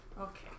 Okay